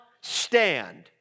stand